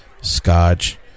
scotch